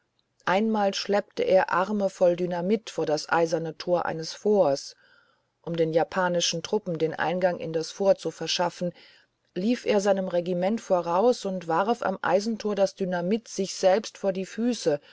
einmal schleppte er arme voll dynamit vor das eiserne tor eines forts um den japanischen truppen den eingang in das fort zu verschaffen lief er seinem regiment voraus und warf am eisentor das dynamit sich selbst vor die füße